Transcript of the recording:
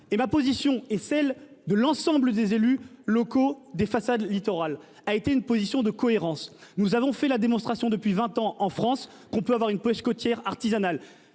et ma position et celle de l'ensemble des élus locaux des façades littorales a été une position de cohérence. Nous avons fait la démonstration depuis 20 ans en France qu'on peut avoir une pêche côtière artisanale.